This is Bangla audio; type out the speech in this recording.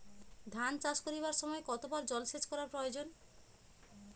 ধান চাষ করিবার সময় কতবার জলসেচ করা প্রয়োজন?